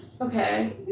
okay